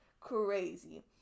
Crazy